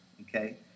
okay